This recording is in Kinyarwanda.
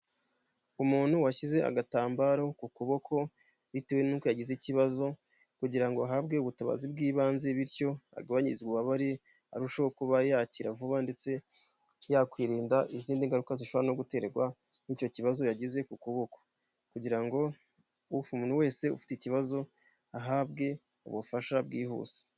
Umuntu washyize agatambaro ku kuboko bitewe n'ukouko yagize ikibazo kugira ngo ahabwe ubutabazi bw'ibanze bityo agabanyirizwe ububabare arusheho kuba yakira vuba ndetse yakwirinda izindi ngaruka zishobora guterwa n'icyo kibazo yagize ku kuboko kugira ngo umuntu wese ufite ikibazo ahabwe ubufasha bwihuse.